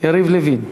יריב לוין.